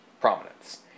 prominence